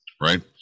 right